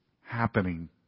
happening